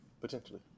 Potentially